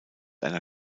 einer